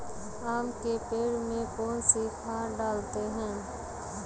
आम के पेड़ में कौन सी खाद डालें?